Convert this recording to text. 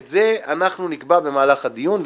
את זה אנחנו נקבע במהלך הדיון.